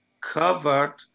covered